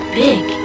big